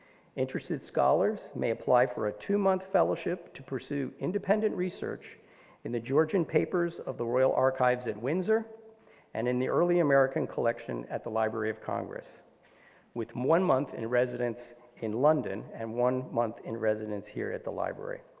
interested scholars may apply for ah a two-month fellowship to pursue independent research in the georgian papers of the royal archives at windsor and in the early american collection at the library of congress with one month in residence in london and one month in residence here at the library.